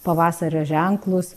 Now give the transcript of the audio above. pavasario ženklus